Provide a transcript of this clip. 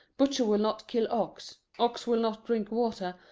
butcher will not kill ox, ox will not drink water,